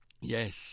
Yes